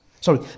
Sorry